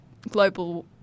global